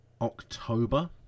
October